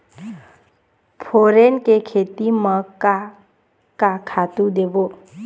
फोरन के खेती म का का खातू देबो?